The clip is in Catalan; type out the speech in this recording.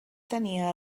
tenia